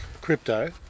crypto